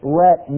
let